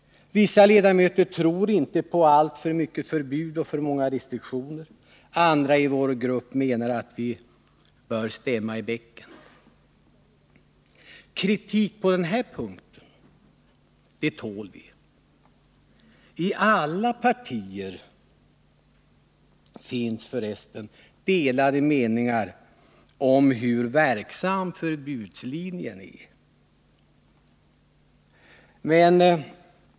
Vissa ledamöter tror inte på alltför mycket förbud och för många restriktioner. Andra i vår grupp menar att vi bör stämma i bäcken. Kritik på den punkten tål vi. I alla partier finns förresten delade meningar om hur verksam förbudslinjen är.